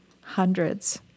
hundreds